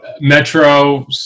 Metro